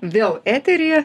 vėl eteryje